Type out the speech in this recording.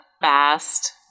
fast